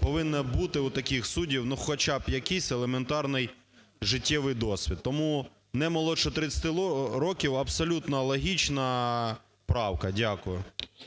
повинний бути у таких суддів хоча б якийсь елементарний життєвий досвід. Тому не молодше 30 років – абсолютно логічна правка. Дякую.